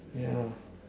yeah